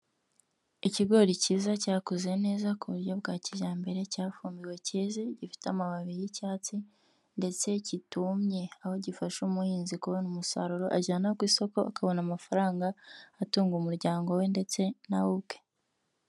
Ikigori kiza cyakuze neza ku buryo bwa kijyambere cyafumbiwe keze, gifite amababi y'icyatsi ndetse kitumye, aho gifasha umuhinzi kubona umusaruro ajyana ku isoko akabona amafaranga atunga umuryango we ndetse na we ubwe.